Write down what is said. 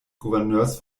gouverneurs